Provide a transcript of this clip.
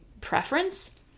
preference